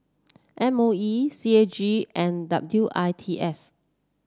M O E C A G and W I T S